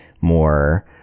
more